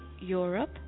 Europe